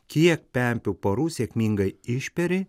kiek pempių porų sėkmingai išperi